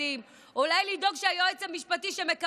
אולי לדאוג שהיועץ המשפטי שמקבל תלונה,